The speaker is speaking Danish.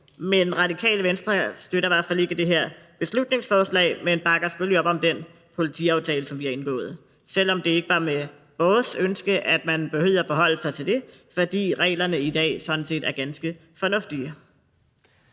Men Radikale Venstre støtter i hvert fald ikke det her beslutningsforslag, men bakker selvfølgelig op om den politiaftale, som vi har indgået, selv om det ikke var med vores ønske, at man behøvede at forholde sig til det her, for reglerne i dag er sådan set ganske fornuftige.